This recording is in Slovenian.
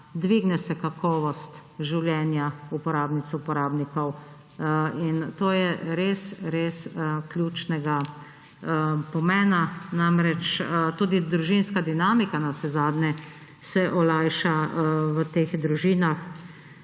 dvigne se kakovost življenja uporabnic, uporabnikov. In to je res res ključnega pomena. Tudi družinska dinamika navsezadnje se olajša v teh družinah.